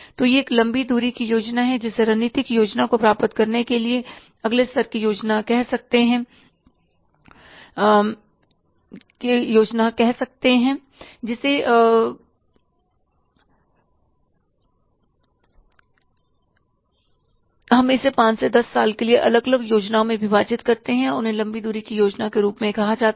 तो यह एक लंबी दूरी की योजना है जिसे रणनीतिक योजना को प्राप्त करने के लिए अगले स्तर की योजना कह सकते हैं हम इसे पांच से दस साल की अलग अलग योजनाओं में विभाजित करते हैं और उन्हें लंबी दूरी की योजना के रूप में कहा जाता है